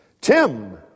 Tim